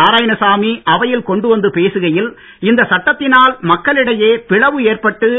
நாராயணசாமி அவையில் கொண்டு வந்து பேசுகையில் இந்த சட்டத்தினால் மக்களிடையே பிளவு ஏற்பட்டு